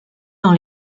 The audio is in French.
dans